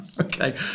Okay